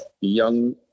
young